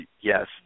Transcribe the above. yes